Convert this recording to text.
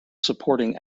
supporting